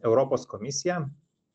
europos komisija